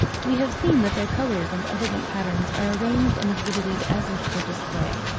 we have seen that their colours and elegant patterns are arranged and exhibited as if for display.